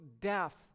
death